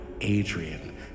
Adrian